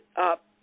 up